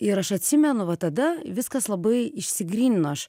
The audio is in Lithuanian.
ir aš atsimenu va tada viskas labai išsigrynino aš